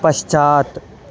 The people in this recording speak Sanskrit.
पश्चात्